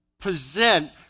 present